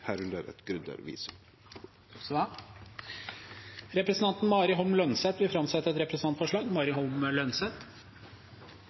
Representanten Mari Holm Lønseth vil framsette et representantforslag.